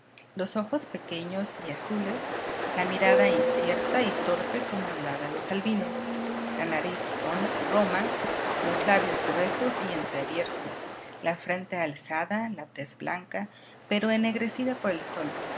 los ojos pequeños y azules la mirada incierta y torpe como la de los albinos la nariz roma los labios gruesos y entreabiertos la frente alzada la tez blanca pero ennegrecida por el sol